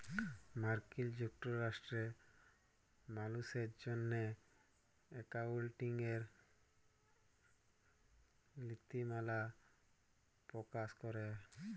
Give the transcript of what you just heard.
মার্কিল যুক্তরাষ্ট্রে মালুসের জ্যনহে একাউল্টিংয়ের লিতিমালা পকাশ ক্যরে